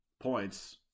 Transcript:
points